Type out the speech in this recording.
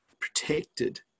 protected